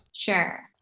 Sure